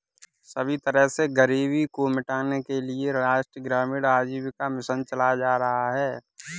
सभी तरह से गरीबी को मिटाने के लिये राष्ट्रीय ग्रामीण आजीविका मिशन चलाया जा रहा है